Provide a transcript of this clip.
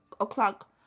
o'clock